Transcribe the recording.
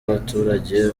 abaturage